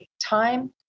time